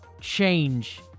change